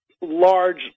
large